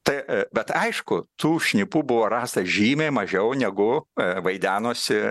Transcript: tai bet aišku tų šnipų buvo rasta žymiai mažiau negu vaidenosi